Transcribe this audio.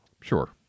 Sure